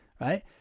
right